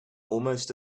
almost